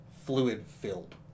Fluid-filled